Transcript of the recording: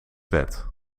wet